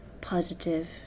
positive